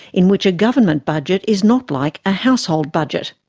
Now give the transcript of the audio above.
in which a government budget is not like a household budget.